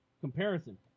comparison